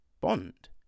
bond